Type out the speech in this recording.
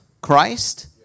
Christ